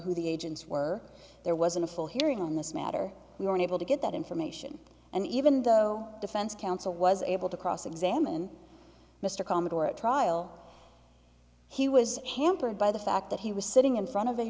who the agents were there wasn't a full hearing on this matter we were unable to get that information and even though defense counsel was able to cross examine mr commodore at trial he was hampered by the fact that he was sitting in front of